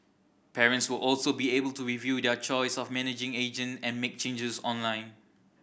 parents will also be able to review their choice of managing agent and make changes online